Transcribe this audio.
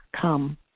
come